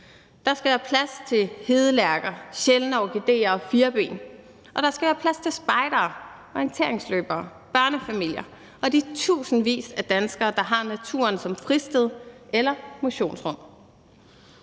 Der skal være plads til hedelærker, sjældne orkidéer og firben, og der skal være plads til spejdere, orienteringsløbere, børnefamilier og de tusindvis af danskere, der har naturen som fristed eller motionsrum.